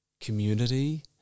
community